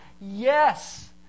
Yes